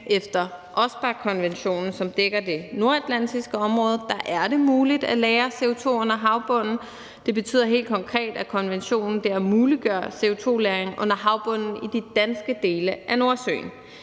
Efter OSPAR-konventionen, som dækker det nordatlantiske område, er det muligt at lagre CO2 under havbunden. Det betyder helt konkret, at konventionen dér muliggør CO2-lagring under havbunden i de danske dele af Nordsøen.